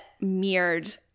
mirrored